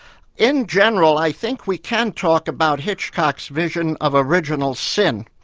in general, i think we can talk about hitchcock's vision of original sin,